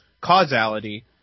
causality